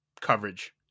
coverage